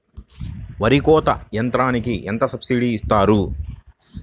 వరి కోత యంత్రంకి ఎంత సబ్సిడీ ఇస్తారు?